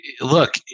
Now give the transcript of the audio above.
look